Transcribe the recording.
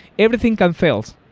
everything can fail, so